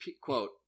Quote